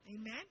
Amen